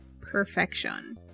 perfection